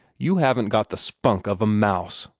you haven't got the spunk of a mouse.